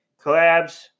collabs